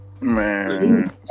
Man